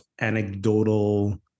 anecdotal